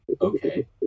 okay